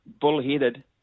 bullheaded